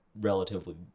relatively